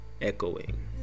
echoing